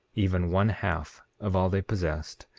even one half of all they possessed,